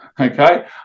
okay